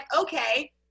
okay